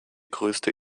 größte